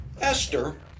Esther